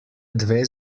dve